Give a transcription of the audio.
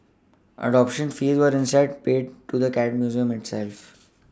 adoption fees were instead paid to the cat Museum itself